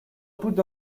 put